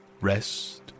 Rest